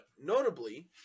Notably